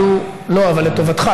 לא, אבל לטובתך.